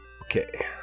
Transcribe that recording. Okay